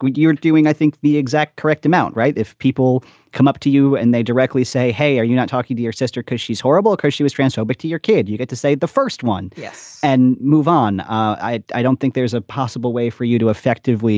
you're doing, i think, the exact correct amount. right. if people come up to you and they directly say, hey, are you not talking to your sister because she's horrible course she was transphobic to your kid. you get to say the first one. yes. and move on. i i don't think there's a possible way for you to effectively